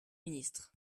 ministre